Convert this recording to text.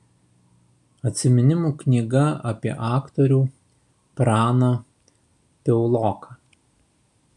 atsiminimų knyga apie aktorių praną piauloką